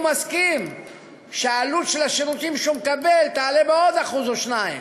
מסכים שהעלות של השירותים שהוא מקבל תעלה בעוד אחוז או שניים